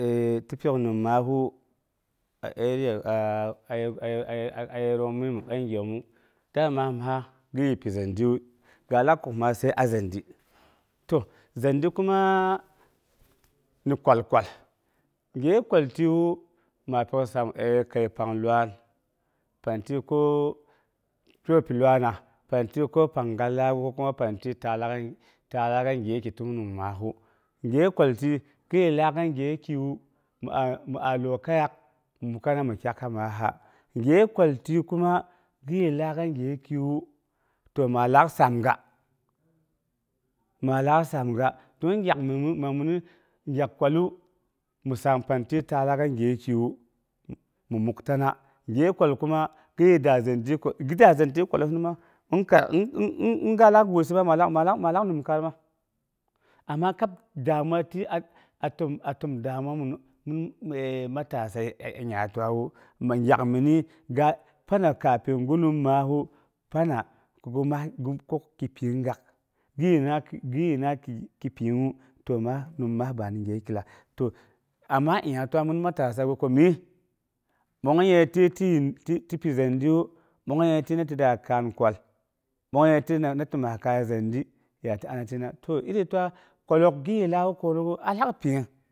ti pyok nim maahu a area a ye aye goomu məi bagyommu dama maahi gyaulak kwa man sai a zindi to zandi kuma ni kwal- kwal gyewu kwal tiwu ma pyok saam kəi pang luan pantiwu ko ti tyai luaana, pang tiwu pantiwu ko pang at laak'u ko pantiwu ta laak ni gye ti tus nim maasu. gye kwalti tibi laak man gyekiwu mi a lyoi kaiyaak mi muktana mi takta maaha, gye kwal tiwu kuma tiye laak mam gyekiwu to ma laak saamga, don gyak məi mɨnu, gyak kwalu mi saam pangu ta laak man gyekiwu mi muktina gye kwa kuma gi da zindi kwallosin ma, in gɨlaak gwisi min laak nimkaima ama kab damuwa a ti a təm damuwa minu, min matasa nya tiwawu gyak mini pana kafin gi nim maasu pana gin kuk ki pinung ngaau gi yena kin. ki pinung ngu ti nim maas bani gyeki lagai ama nya ti min matasawu bong yəi timi pi zindiwu, bongei timi da kaan kwal, bongyei ti min da nongye kaya zindi to iri ta kwalook gi bi yaak, alaak pinung.